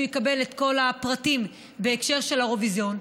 יקבל את כל הפרטים בהקשר של האירוויזיון.